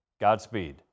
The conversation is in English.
Godspeed